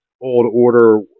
old-order